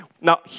now